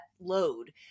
load